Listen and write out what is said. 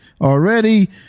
already